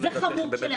וזה חמור כשלעצמו.